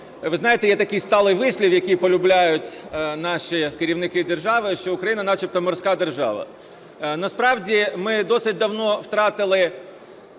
Ви знаєте, є такий сталий вислів, який полюбляють наші керівники держави, що Україна начебто морська держава. Насправді ми досить давно втратили